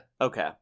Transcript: Okay